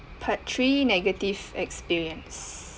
part three negative experience